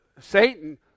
Satan